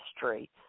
history